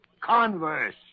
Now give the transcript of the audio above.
Converse